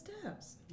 steps